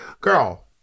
girl